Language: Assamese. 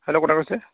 হেল্ল' কোনে কৈছে